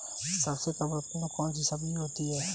सबसे कम रुपये में कौन सी सब्जी होती है?